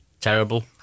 terrible